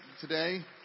today